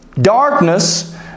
darkness